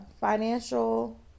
financial